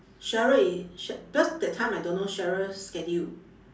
sheryl i~ sher~ because that time I don't know sheryl's schedule